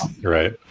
right